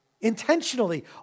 intentionally